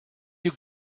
you